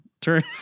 turn